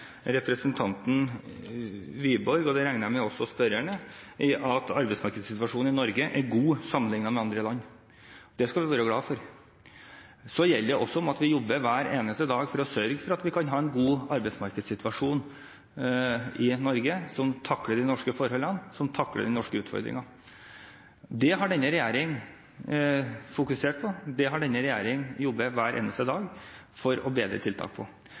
representanten Wiborg, og det regner jeg med at også spørreren er, i at arbeidsmarkedssituasjonen i Norge er god sammenlignet med andre land. Det skal vi være glade for. Så er det også om å gjøre at vi jobber hver eneste dag for å sørge for at vi kan ha en god arbeidsmarkedssituasjon i Norge, som takler de norske forholdene, som takler de norske utfordringene. Det har denne regjeringen fokusert på, det har denne regjeringen jobbet hver eneste dag for å få bedre tiltak